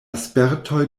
spertoj